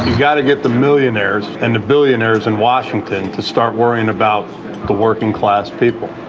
got to get the millionaires and the billionaires in washington to start worrying about the working class people,